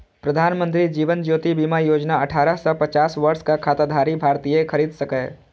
प्रधानमंत्री जीवन ज्योति बीमा योजना अठारह सं पचास वर्षक खाताधारी भारतीय खरीद सकैए